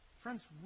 Friends